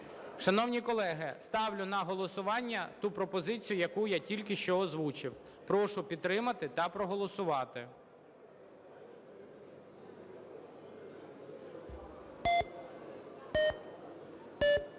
Шановні колеги, ставлю на голосування ту пропозицію, яку я тільки що озвучив. Прошу підтримати та проголосувати.